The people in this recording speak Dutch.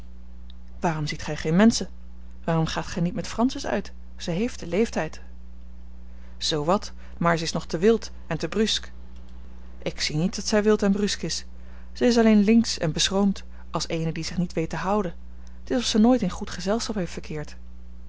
waarom ziet gij geen menschen waarom gaat gij niet met francis uit zij heeft den leeftijd zoo wat maar zij is nog te wild en te brusk ik zie niet dat zij wild en brusk is zij is alleen linksch en beschroomd als eene die zich niet weet te houden t is of ze nooit in goed gezelschap heeft verkeerd